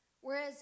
Whereas